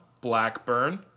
Blackburn